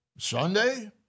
Sunday